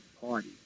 party